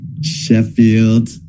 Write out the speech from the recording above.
Sheffield